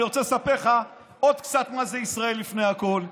אני רוצה לספר לך עוד קצת מה זה ישראל לפני הכול.